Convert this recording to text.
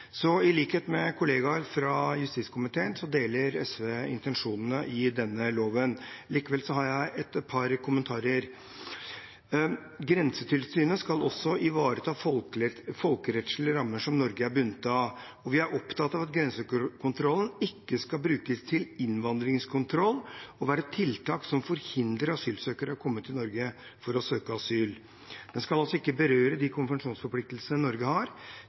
I likhet med kollegaer fra justiskomiteen deler SV intensjonene i denne loven. Likevel har jeg et par kommentarer. Grensetilsynet skal også ivareta folkerettslige rammer som Norge er bundet av. Vi er opptatt av at grensekontrollen ikke skal brukes til innvandringskontroll og være tiltak som forhindrer asylsøkere fra å komme til Norge for å søke asyl. Den skal altså ikke berøre de konvensjonsforpliktelsene Norge har,